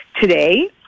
Today